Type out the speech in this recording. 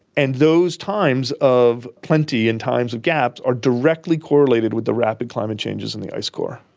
and those times of plenty and times of gaps are directly correlated with the rapid climate changes in the ice core.